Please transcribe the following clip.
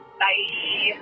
bye